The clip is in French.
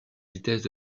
vitesse